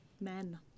men